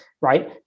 right